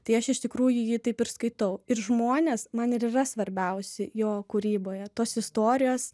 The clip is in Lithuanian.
tai aš iš tikrųjų jį taip ir skaitau ir žmonės man ir yra svarbiausi jo kūryboje tos istorijos